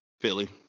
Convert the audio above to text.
Philly